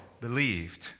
believed